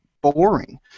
boring